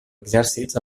exèrcits